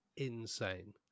insane